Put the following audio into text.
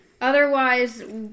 Otherwise